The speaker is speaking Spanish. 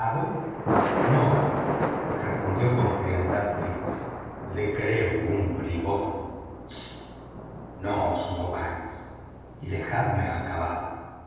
no respondió con frialdad fix lo creo un bribón chist no os mováis y dejadme acabar